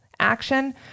Action